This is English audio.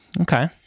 Okay